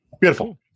Beautiful